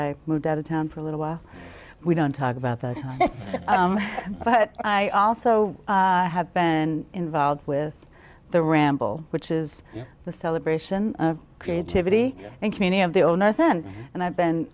i moved out of town for a little while we don't talk about that but i also have been involved with the ramble which is the celebration of creativity and community of the owner then and i've been